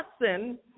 lesson